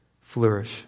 flourish